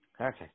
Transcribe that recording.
Okay